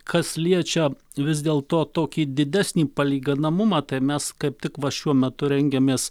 kas liečia vis dėl to tokį didesnį palyginamumą tai mes kaip tik va šiuo metu rengiamės